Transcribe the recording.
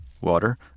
water